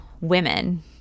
women